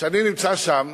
שאני נמצא שם